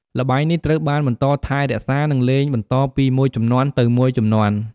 ល្បែងនេះត្រូវបានបន្តថែរក្សា និងលេងបន្តពីមួយជំនាន់ទៅមួយជំនាន់។